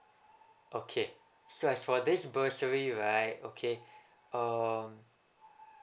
okay so as for this bursary right okay um